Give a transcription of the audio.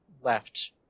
left